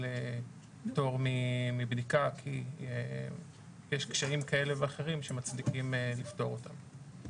פטור מבדיקה כי יש קשיים כאלה ואחרים שמצדיקים לפטור אותם.